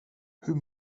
hur